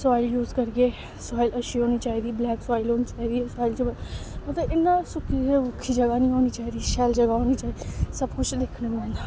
soil use करगे soil अच्छी होनी चाहिदी ब्लैक सायल होनी चाहिदी सायल च मतलब इ'यां सुक्की दी जगह् निं होनी चाहिदी शैल जगह होनी चाहिदी सब कुछ दिक्खने पौंदा कि